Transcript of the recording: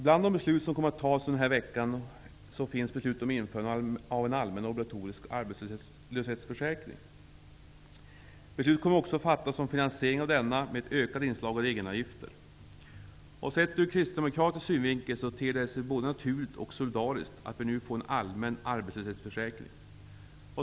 Bland de beslut som kommer att fattas under denna vecka finns beslutet om införandet av en allmän och obligatorisk arbetslöshetsförsäkring. Beslut kommer också att fattas om finansieringen av denna, med ett ökat inslag av egenavgifter. Ur kristdemokratisk synvinkel ter det sig både naturligt och solidariskt att vi nu får en allmän arbetslöshetsförsäkring.